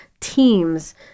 teams